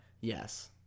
Yes